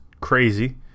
crazy